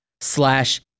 slash